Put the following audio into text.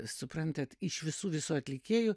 suprantat iš visų visų atlikėjų